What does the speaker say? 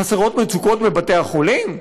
חסרות מצוקות בבתי-החולים?